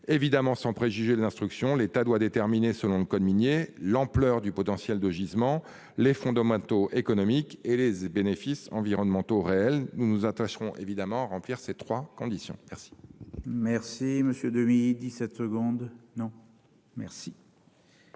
évidemment préjuger de leur instruction : l'État doit déterminer, selon le code minier, l'ampleur du potentiel de gisement, les fondamentaux économiques et les bénéfices environnementaux réels. Nous nous attacherons bien sûr à remplir ces trois conditions. Mes